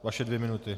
Vaše dvě minuty.